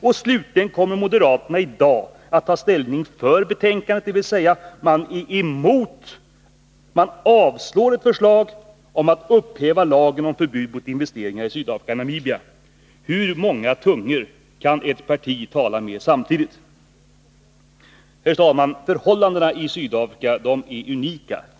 Och slutligen kommer moderaterna i dag att ta ställning för betänkandet, dvs. man avslår ett förslag om att upphäva lagen om förbud mot investeringar i Sydafrika och Namibia. Hur många tungor kan ett parti tala med samtidigt? Förhållandena i Sydafrika är unika.